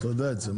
אתה יודע את זה.